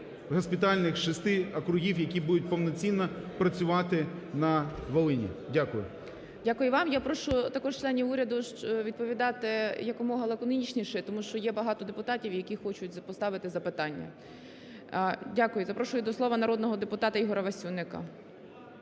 госпітальних, 6, округів, які будуть повноцінно працювати на Волині. Дякую. ГОЛОВУЮЧИЙ. Дякую вам. Я прошу також членів уряду відповідати якомога лаконічніше, тому що є багато депутатів, які хочуть поставити запитання. Дякую. Запрошую до слова народного депутата Ігоря Васюнника.